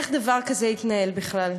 איך דבר כזה התנהל בכלל.